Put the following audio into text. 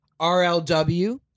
RLW